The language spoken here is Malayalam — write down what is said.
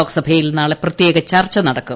ലോക്സഭയിൽ നാളെ പ്രത്യേക ചർച്ച നടക്കും